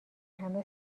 همه